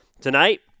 Tonight